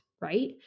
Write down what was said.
right